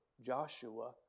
Joshua